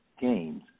games